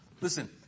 Listen